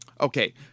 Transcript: Okay